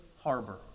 harbor